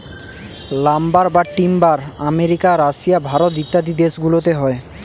lumber বা timber America, Russia, Bharat ইত্যাদি দেশ গুলোতে হয়